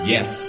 Yes